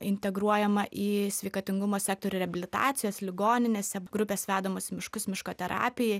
integruojama į sveikatingumo sektorių reabilitacijos ligoninėse grupės vedamos miškus miško terapijai